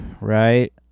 right